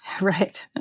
Right